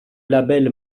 label